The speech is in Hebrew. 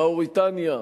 מאוריטניה,